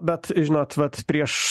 bet žinot vat prieš